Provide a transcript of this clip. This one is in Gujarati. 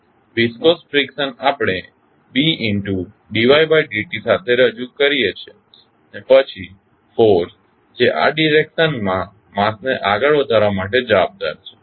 વીસ્કોસ ફ્રીકશન આપણે Bd y td t સાથે રજૂ કરીએ છીએ અને પછી ફોર્સ જે આ ડિરેક્શનમાં માસને આગળ વધારવા માટે જવાબદાર છે